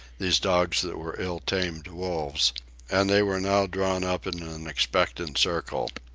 these dogs that were ill-tamed wolves and they were now drawn up in an expectant circle.